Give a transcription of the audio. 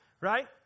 right